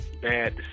bad